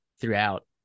throughout